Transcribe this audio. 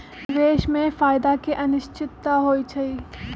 निवेश में फायदा के अनिश्चितता होइ छइ